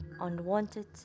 unwanted